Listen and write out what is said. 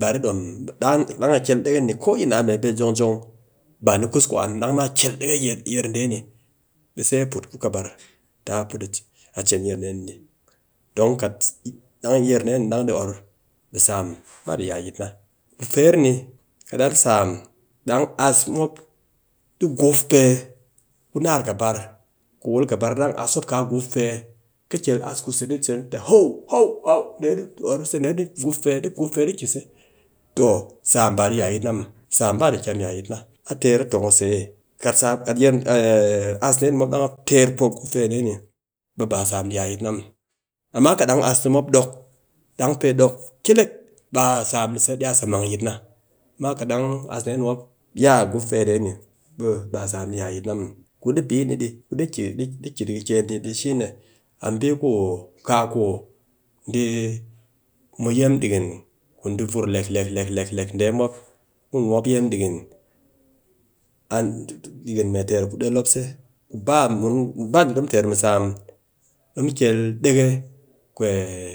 ba di dom, dang a kel deke ni, ko yi a mee pe jong jong, ba ni kus ku an muw, dang na kel deke yer dee ni, ɓe sai a put kɨbar taa put a chen yer dee ni don kat dang yer dee ni di or, ɓe sam ba di ya yit na. Ku fer ni dang an sam dang ass mop, mop di guf pe ku naar kɨbar, ku wul kɨbar dang aas mop kaa guf pee, khi kelass ku se di haw haw haw, dee dɨ or tse, di guf pe, di guf pe, di guf pe, di guf pe, di ki se, toh sam ba di ya yit muw. sam ba di kyam ya ya yit na, a ter a tong a tsee, kat sam, ass dee ni mop dang mop teer po guf pe ni, amma kat dang ass nimop dok, pe sa dok kelek, ɓe sam di iya sa mang yit na, amma kat dang ass ni mop dok ya guf pe dee ni, ɓe ba sam di iya ya yit na muw. Ku dɨ bii ni di, di ki kiken ni shine, a bii ku kaa ku di mu yem ɗikin ku di vur lek lek lek lek dee mop, ku di mop yem dikin dikin mee ter ku mop tse. ba de di mu ter mu sam ɗikin mee teer ku del mop tse, ba de di teer mu sam, di mu kel deke